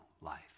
life